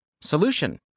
Solution